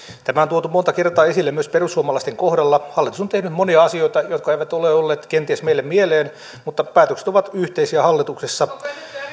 tämä on tuotu monta kertaa esille myös perussuomalaisten kohdalla hallitus on tehnyt monia asioita jotka eivät ole olleet kenties meille mieleen mutta päätökset ovat yhteisiä hallituksessa